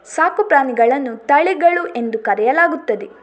ಸಾಕು ಪ್ರಾಣಿಗಳನ್ನು ತಳಿಗಳು ಎಂದು ಕರೆಯಲಾಗುತ್ತದೆ